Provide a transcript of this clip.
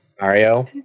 Mario